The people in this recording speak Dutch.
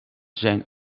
zijn